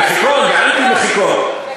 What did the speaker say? מחיקון ואנטי-מחיקון.